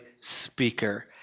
speaker